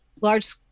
large